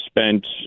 spent